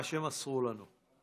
זה מה שמסרו לנו.